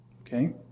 Okay